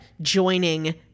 joining